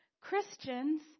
Christians